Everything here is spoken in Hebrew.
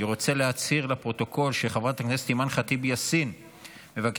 אני רוצה להצהיר לפרוטוקול שחברת הכנסת אימאן ח'טיב יאסין מבקשת